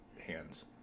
hands